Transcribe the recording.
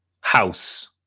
house